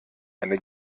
eine